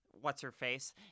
what's-her-face